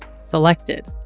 selected